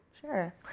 Sure